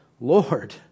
Lord